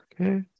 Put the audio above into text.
Okay